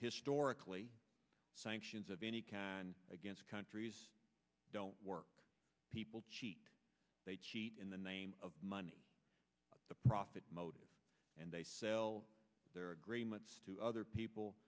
historically sanctions of any can against countries don't work people cheat they cheat in the name of money profit motive and they sell their agreements to other people